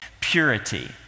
purity